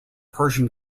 persian